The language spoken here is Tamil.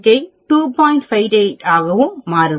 58 ஆகவும் மாறும்